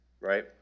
Right